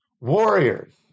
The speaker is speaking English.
warriors